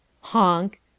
Honk